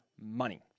money